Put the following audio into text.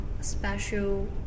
special